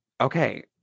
Okay